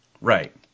Right